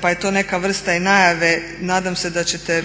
pa je to neka vrsta i najave, nadam se da ćete